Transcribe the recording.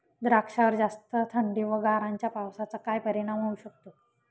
द्राक्षावर जास्त थंडी व गारांच्या पावसाचा काय परिणाम होऊ शकतो?